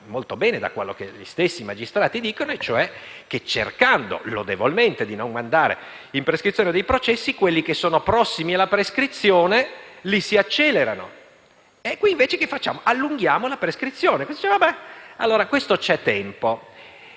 molto bene da quello che gli stessi magistrati dicono, e cioè che cercando lodevolmente di non mandare in prescrizione dei processi, quelli che sono prossimi alla prescrizione li si accelerano. Qui invece cosa facciamo? Allunghiamo la prescrizione come a dire che per